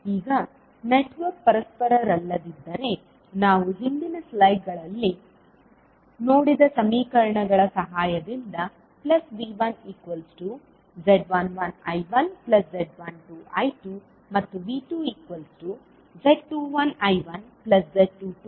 ಈಗ ನೆಟ್ವರ್ಕ್ ಪರಸ್ಪರ ಅಲ್ಲದಿದ್ದರೆ ನಾವು ಹಿಂದಿನ ಸ್ಲೈಡ್ಗಳಲ್ಲಿ ನೋಡಿದ ಸಮೀಕರಣಗಳ ಸಹಾಯದಿಂದ V1z11I1z12I2 ಮತ್ತು V2z21I1z22I2